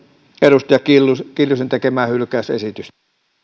edustaja kiljusen kiljusen tekemää hylkäysesitystä